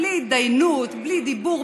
בלי הידיינות, בלי דיבור.